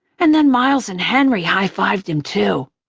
and then miles and henry high-fived him, too.